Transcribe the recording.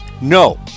no